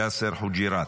יאסר חוג'יראת,